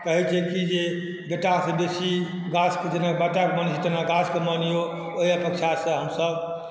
कहै छै कि जे बेटासँ बेसी गाछके जेना बेटाके मानै छिए तहिना गाछके मानिऔ ओही अपेक्षासँ हमसब